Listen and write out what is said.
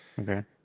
Okay